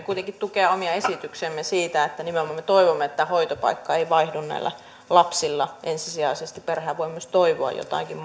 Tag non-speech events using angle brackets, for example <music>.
<unintelligible> kuitenkin tukea omia esityksiämme siinä että nimenomaan me toivomme että hoitopaikka ei vaihdu näillä lapsilla ensisijaisesti perhehän voi myös toivoa jotakin <unintelligible>